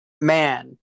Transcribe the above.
man